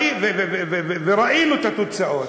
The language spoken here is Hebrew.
וראינו את התוצאות.